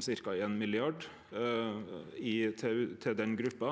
1 mrd. kr til den gruppa